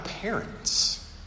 parents